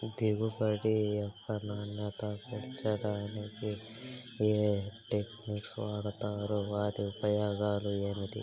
దిగుబడి యొక్క నాణ్యత పెంచడానికి ఏ టెక్నిక్స్ వాడుతారు వాటి ఉపయోగాలు ఏమిటి?